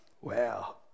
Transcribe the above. wow